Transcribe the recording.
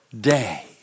day